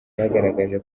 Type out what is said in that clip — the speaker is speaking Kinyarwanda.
bagaragaje